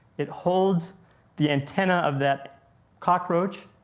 it holds the antenna of that cockroach,